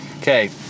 Okay